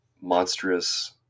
monstrous